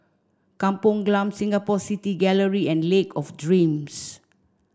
Kampung Glam Singapore City Gallery and Lake of Dreams